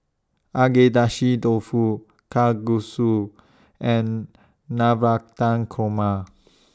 Agedashi Dofu Kalguksu and Navratan Korma